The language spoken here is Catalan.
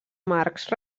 marcs